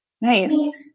Nice